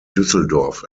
düsseldorf